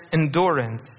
endurance